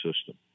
system